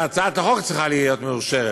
אני חושב שהציבור צריך לדעת את האמת,